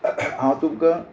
हांव तुका